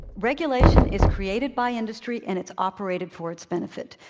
regulation is created by industry, and it's operated for its benefit.